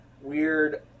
weird